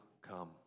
come